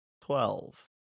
Twelve